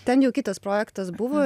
ten jau kitas projektas buvo